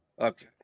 okay